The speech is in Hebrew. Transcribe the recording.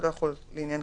יפעלו